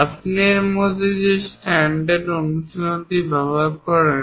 আপনি এর মধ্যে যে স্ট্যান্ডার্ড অনুশীলনটি ব্যবহার করেন